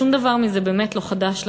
שום דבר מזה באמת לא חדש לכם.